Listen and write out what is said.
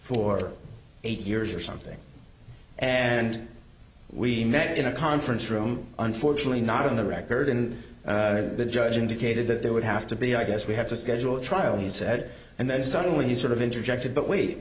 for eight years or something and we met in a conference room unfortunately not in the record and the judge indicated that there would have to be i guess we have to schedule a trial he said and then suddenly he sort of interjected but w